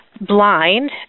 blind